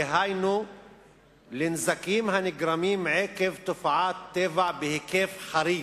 דהיינו לנזקים הנגרמים עקב תופעת טבע בהיקף חריג,